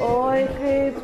oi kaip